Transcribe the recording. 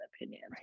opinions